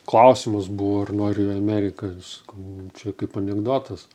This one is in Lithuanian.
klausimas buvo ar noriu į ameriką sakau čia kaip anekdotas